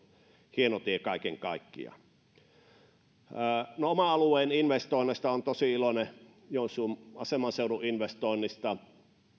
hieno tie kaiken kaikkiaan oman alueeni investoinneista olen tosi iloinen joensuun aseman seudun investoinnista